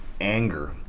anger